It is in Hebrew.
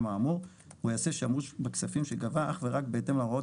האמור והוא יעשה שימוש בכספים שגבר אך ורק בהתאם להוראות